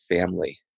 family